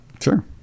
Sure